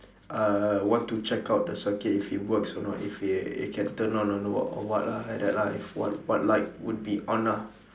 uh want to check out the circuit if it works or not if it it can turn on or not or what lah like that lah if what what light would be on ah